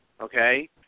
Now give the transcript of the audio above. okay